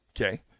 okay